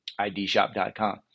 IDshop.com